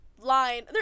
line